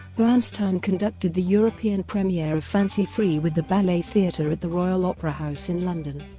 bernstein conducted the european premiere of fancy free with the ballet theatre at the royal opera house in london.